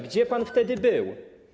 Gdzie pan wtedy był?